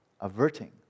averting